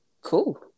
Cool